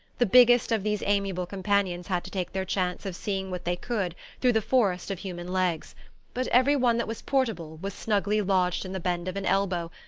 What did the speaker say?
the biggest of these amiable companions had to take their chance of seeing what they could through the forest of human legs but every one that was portable was snugly lodged in the bend of an elbow,